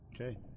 Okay